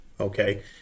okay